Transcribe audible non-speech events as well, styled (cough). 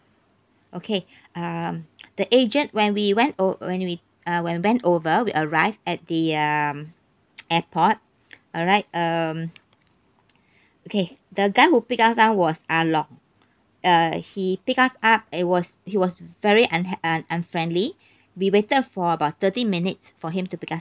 okay um (noise) the agent when we went o~ when we uh when went over we arrived at the um (noise) airport alright um okay the guy who picked us up was ah loong uh he picked us up it was he was very unha~ uh unfriendly we waited for about thirty minutes for him to pick us